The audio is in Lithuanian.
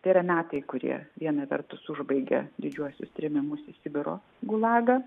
tai yra metai kurie viena vertus užbaigia didžiuosius trėmimus į sibiro gulagą